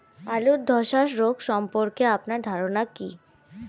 আলু ধ্বসা রোগ সম্পর্কে আপনার ধারনা কী?